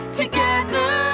together